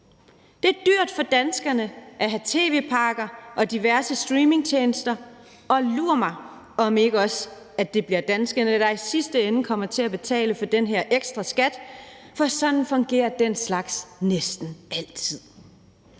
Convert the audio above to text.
Det er dyrt for danskerne at have tv-pakker og diverse streamingtjenester; og lur mig, om ikke også det bliver danskerne, der i sidste ende kommer til at betale for den her ekstra skat, for sådan fungerer den slags næsten altid.